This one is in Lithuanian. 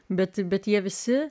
bet bet jie visi